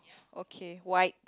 okay white